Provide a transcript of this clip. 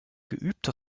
geübte